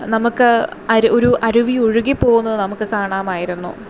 നമുക്ക് ഒരു അരുവി ഒഴുകി പോകുന്നത് നമുക്ക് കാണാമായിരുന്നു